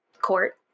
court